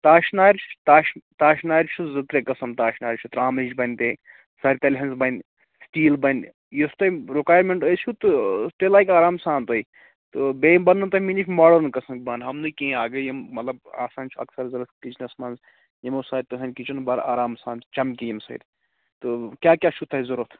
تاش نارِ تاش تاش نارِ چھِ زٕ ترٛےٚ قٕسٕم تاش نارِ چھِ ترٛامٕچ بَنہِ بیٚیہِ سَرتَلہِ ہِنٛز بَنہِ سِٹیٖل بَنہِ یُس تۅہہِ رُکایَرمیٚنٛٹ آسِوٕ تہٕ تیٚلہِ لَگہِ آرام سان تۅہہِ تہٕ بیٚیہِ بَنہٕ نو تۅہہِ مےٚ نِش ماڈٲرٕن قٕسمٕکۍ بانہٕ تِم نہٕ کِہیٖنٛی اگر یِم مطلب آسان چھِ اکثَر ضروٗرت کِچنَس منٛز یِمو سۭتۍ تُہُنٛد کِچَن بَڈٕ آرام سان چَمکہِ ییٚمہِ سۭتۍ تہٕ کیٛاہ کیٛاہ چھُو تۅہہِ ضروٗرت